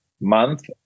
month